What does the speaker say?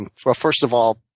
and so first of all,